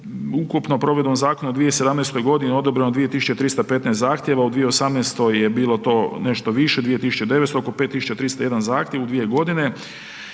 ukupno provedbom zakona u 2017. godini odobreno 2.315 zahtjeva, u 2018. je bilo to nešto više 2.900 oko 5.301 zahtjev u 2 godine